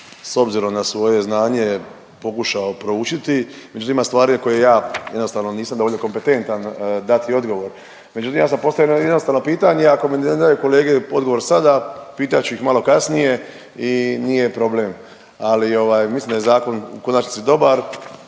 s obzirom na svoje znanje pokušao proučiti, međutim ima stvari koje ja jednostavno nisam dovoljno kompetentan dati odgovor. Međutim ja sam postavio jedno jednostavno pitanje, ako mi ne daju kolege odgovor sada, pitat ću ih malo kasnije i nije problem. Ali ovaj mislim da je zakon u konačnici dobar,